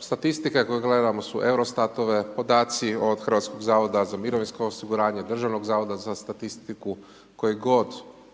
Statistike koje gledamo su EUROSTAT-ove, podaci od HZMO, Državnog zavoda za statistiku, koje god